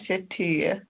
اچھا ٹھیٖک